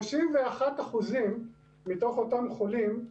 31% מתוך אותם חולים,